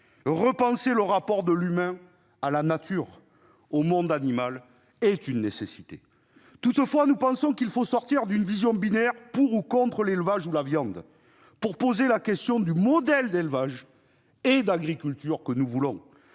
Repenser le rapport de l'humain à la nature et au monde animal, est une nécessité. Toutefois, nous pensons qu'il faut sortir de la vision binaire « pour ou contre » l'élevage ou la viande, pour poser la question du modèle d'élevage et d'agriculture que nous voulons.